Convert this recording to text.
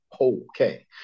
okay